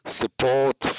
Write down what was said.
support